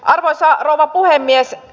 arvoisa rouva puhemies